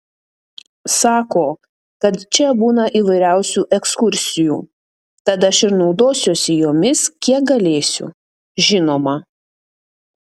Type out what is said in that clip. sako kad čia būna įvairiausių ekskursijų tad aš ir naudosiuosi jomis kiek galėsiu žinoma